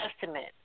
Testament